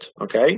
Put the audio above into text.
okay